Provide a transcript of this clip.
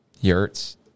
Yurts